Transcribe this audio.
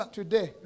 today